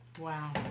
Wow